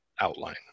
outline